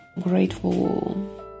grateful